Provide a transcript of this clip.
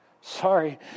sorry